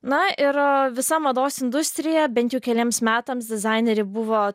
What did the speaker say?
na ir visa mados industrija bent jau keliems metams dizainerį buvo